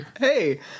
Hey